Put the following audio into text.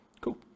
Cool